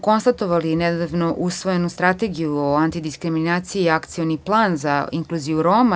Konstatovali smo nedavno usvojenu Strategiju o antidiskriminaciji i Akcioni plan za inkluziju Roma.